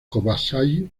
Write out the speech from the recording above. kobayashi